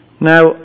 Now